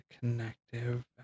connective